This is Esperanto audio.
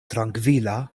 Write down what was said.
trankvila